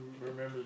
remember